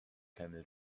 camel